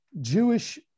Jewish